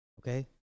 Okay